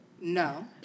No